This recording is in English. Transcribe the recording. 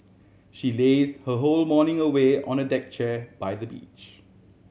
she lazed her whole morning away on a deck chair by the beach